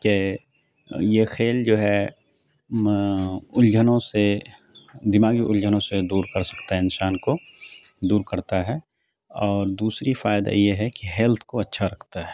کہ یہ کھیل جو ہے الجھنوں سے دماغی الجھنوں سے دور کر سکتے ہیں انسان کو دور کرتا ہے اور دوسری فائدہ یہ ہے کہ ہیلتھ کو اچھا رکھتا ہے